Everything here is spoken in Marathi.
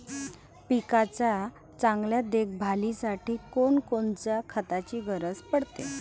पिकाच्या चांगल्या देखभालीसाठी कोनकोनच्या खताची गरज पडते?